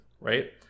right